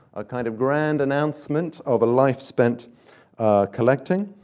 a kind of grand announcement of a life spent collecting,